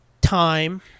time